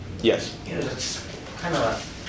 Yes